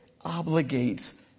obligates